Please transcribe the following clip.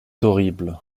horrible